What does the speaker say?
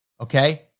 Okay